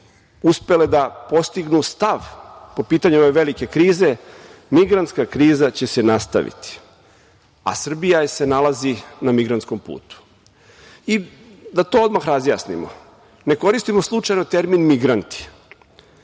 uspele da postignu stav po pitanju ove velike krize, migrantska kriza će se nastaviti, a Srbija se nalazi na migrantskom putu. Da to odmah razjasnimo. Ne koristimo slučajno termin migranti,